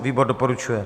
Výbor doporučuje.